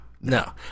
No